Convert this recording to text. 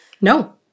No